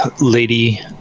Lady